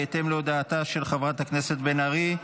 בהתאם להודעתה של חברת הכנסת בן ארי.